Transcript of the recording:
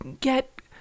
Get